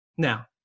Now